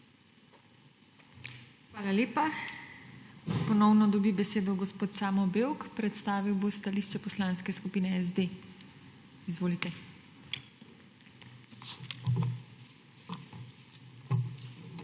Hvala lepa. Ponovno dobi besedo gospod Samo Bevk, predstavil bo stališče Poslanske skupine SD. Izvolite. SAMO